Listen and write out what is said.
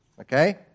Okay